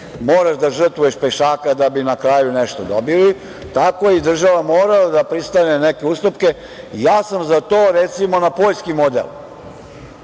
moraš da žrtvuješ pešaka da bi na kraju nešto dobili, tako i država mora da pristane na neke ustupke. Ja sam za to, recimo, na poljski model.